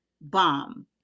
bomb